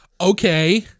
Okay